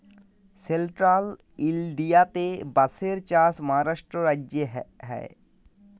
central ইলডিয়াতে বাঁশের চাষ মহারাষ্ট্র রাজ্যে হ্যয়